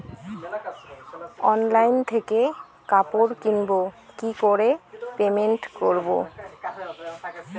Online থেকে কাপড় কিনবো কি করে পেমেন্ট করবো?